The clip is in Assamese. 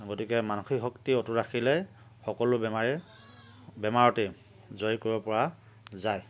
গতিকে মানসিক শক্তি অটুট ৰাখিলে সকলো বেমাৰেই বেমাৰতেই জয় কৰিব পৰা যায়